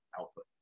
output